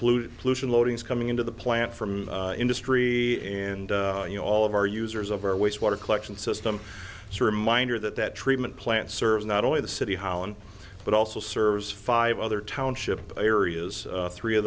polluted pollution loadings coming into the plant from industry and you know all of our users of our waste water collection system it's a reminder that that treatment plant serves not only the city hall and but also serves five other township areas three of